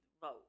vote